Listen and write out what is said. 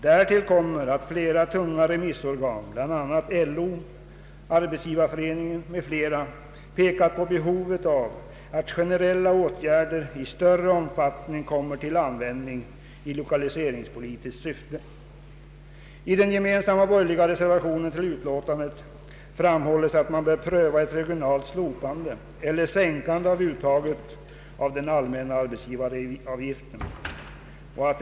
Därtill kommer att flera tunga remissorgan, bl.a. LO och SAF, pekat på behovet av att generella åtgärder i större omfattning kommer till användning i lokaliseringspolitiskt syfte. I den gemensamma borgerliga reservationen till betänkandet framhålles att man bör pröva ett regionalt slopande eller sänkande av uttaget av den allmänna arbetsgivaravgiften.